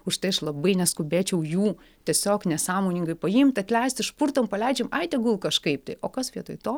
užtai aš labai neskubėčiau jų tiesiog nesąmoningai paimt atleist išpurtom paleidžiam ai tegul kažkaip tai o kas vietoj to